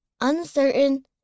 Uncertain